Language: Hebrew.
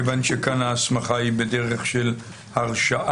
כיוון שכאן ההסמכה היא בדרך של הרשאה,